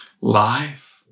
Life